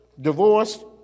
divorced